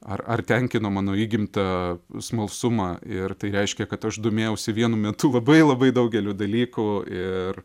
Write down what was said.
ar ar tenkino mano įgimtą smalsumą ir tai reiškia kad aš domėjausi vienu metu labai labai daugeliu dalykų ir